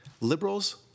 liberals